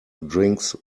drinks